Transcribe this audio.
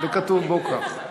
וכתוב בו כך,